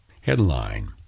Headline